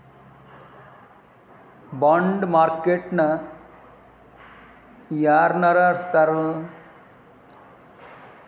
Bond market ನ ಯಾರ್ನಡ್ಸ್ತಾರ?